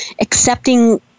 accepting